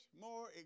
more